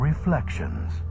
Reflections